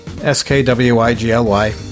S-K-W-I-G-L-Y